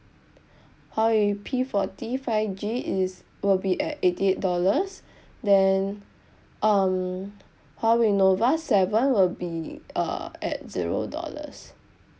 huawei P forty five G is will be at eighty eight dollars then um huawei nova seven will be uh at zero dollars